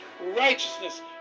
righteousness